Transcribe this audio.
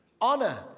honor